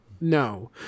No